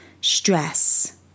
stress